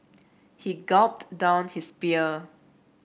he gulped down his beer